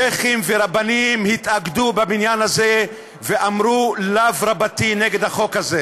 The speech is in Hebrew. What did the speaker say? שיח'ים ורבנים התאגדו בבניין הזה ואמרו לאו רבתי נגד החוק הזה,